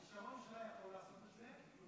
הכישרון שלה יכול לעשות את זה.